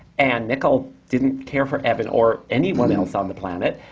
and nicol didn't care for evan, or anyone else on the planet,